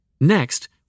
Next